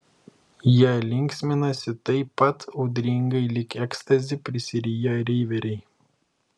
jie linksminasi taip pat audringai lyg ekstazi prisiriję reiveriai